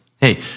Hey